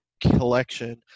collection